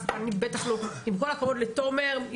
עם כל הכבוד לתומר,